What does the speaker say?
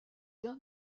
d’un